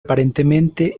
aparentemente